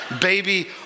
baby